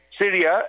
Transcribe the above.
Syria